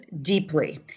deeply